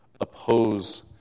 oppose